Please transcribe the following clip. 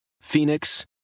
Phoenix